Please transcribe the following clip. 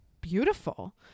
beautiful